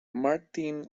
martin